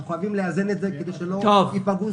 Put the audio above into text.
אנחנו חייבים לאזן את זה כדי שלא תיפגענה זכויות.